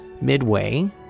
Midway